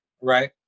Right